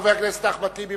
חבר הכנסת אחמד טיבי,